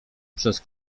przez